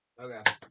Okay